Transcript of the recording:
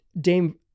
Dame